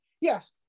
Yes